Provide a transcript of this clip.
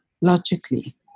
logically